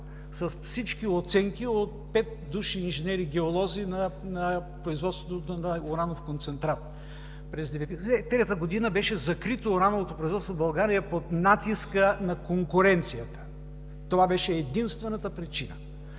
с всички оценки от пет души инженери-геолози на производството на уранов концентрат. През 1993 г. беше закрито урановото производство в България под натиска на конкуренцията. Това беше единствената причина.